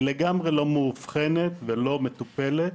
היא לגמרי לא מאובחנת ולא מטופלת.